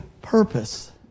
purpose